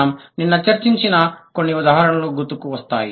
మనము నిన్న చర్చించిన కొన్ని ఉదాహరణలు గుర్తుకు వస్తాయి